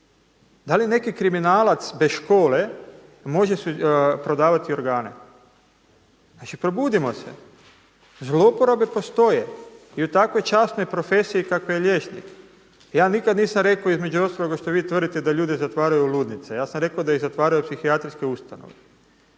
Da li neki kriminalac bez škole može prodavati organe? Znači probudimo se, zlouporabe postoje i u takvoj časnoj profesiji kakve je liječnik. Ja nikada nisam rekao između ostaloga što vi tvrdite da ljude zatvaraju u ludnice, ja sam rekao da ih zatvaraju u psihijatrijske ustanove.